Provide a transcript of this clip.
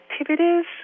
activities